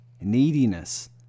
neediness